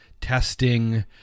testing